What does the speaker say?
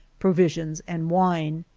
provisions, and wine.